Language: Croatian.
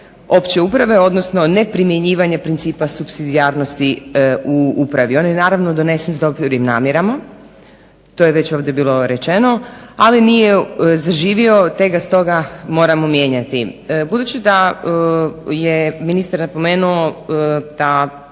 opće uprave odnosno neprimjenjivanje principa supsidijarnosti u upravi. On je naravno donesen s dobrim namjerama to je već ovdje bilo rečeno ali nije zaživio te ga stoga moramo mijenjati. Budući da je ministar napomenuo da